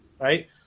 Right